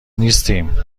نیستیم